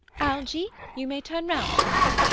algy, you may turn round now.